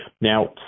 now